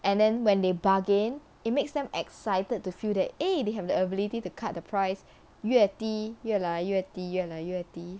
and then when they bargain it makes them excited to feel that eh they have the ability to cut the price 越低越来越低越来越低 ya